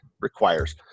requires